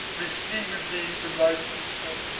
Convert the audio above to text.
received thee from thy sister,